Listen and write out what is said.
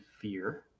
fear